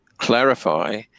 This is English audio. clarify